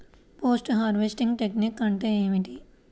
Post harvesting technique అంటే ఏమిటీ?